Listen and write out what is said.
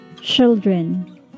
children